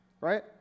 right